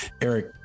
Eric